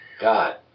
God